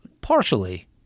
Partially